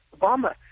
Obama